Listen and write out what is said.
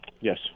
Yes